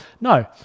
No